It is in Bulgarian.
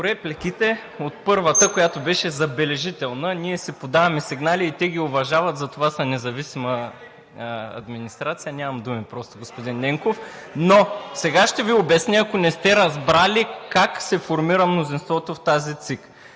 По първата реплика, която беше забележителна: „Ние си подаваме сигнали и те ги уважават, затова са независима администрация“. Нямам думи просто, господин Ненков! Но сега ще Ви обясня, ако не сте разбрали, как се формира мнозинството в тази ЦИК